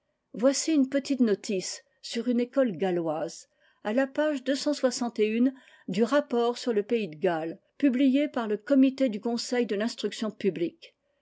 voici une petite notice sur une école galloise à la page du rapport sur le pays de galles publié par le comité du conseil de l'instruction publique